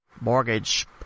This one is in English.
Mortgage